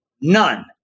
None